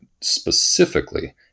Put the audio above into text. specifically